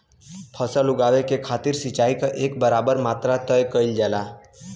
फसल उगावे के खातिर सिचाई क एक बराबर मात्रा तय कइल जाला